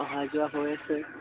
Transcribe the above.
অহা যোৱা হৈ আছে